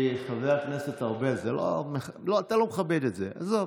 חבר הכנסת ארבל, אתה לא מכבד את זה, עזוב.